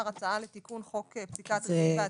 הצעה לתיקון חוק פסיקת ריבית והצמדה.